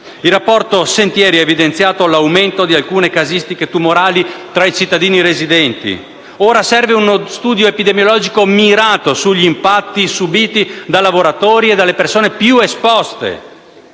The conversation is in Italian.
Il rapporto «Sentieri» ha evidenziato l'aumento di alcune casistiche tumorali tra i cittadini residenti. Ora serve uno studio epidemiologico mirato sugli impatti subiti da lavoratori e dalle persone più esposte.